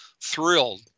thrilled